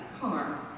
car